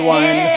one